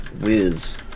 whiz